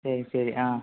சரி சரி ஆ